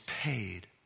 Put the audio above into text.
paid